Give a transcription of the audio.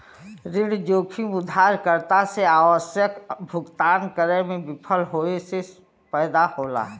ऋण जोखिम उधारकर्ता से आवश्यक भुगतान करे में विफल होये से पैदा होला